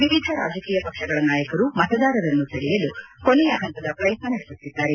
ವಿವಿಧ ರಾಜಕೀಯ ಪಕ್ಷಗಳ ನಾಯಕರು ಮತದಾರರನ್ನು ಸೆಳೆಯಲು ಕೊನೆಯ ಹಂತದ ಪ್ರಯತ್ನ ನಡೆಸುತ್ತಿದ್ದಾರೆ